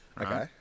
Okay